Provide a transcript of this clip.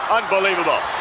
unbelievable